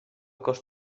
cost